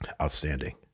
Outstanding